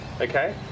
Okay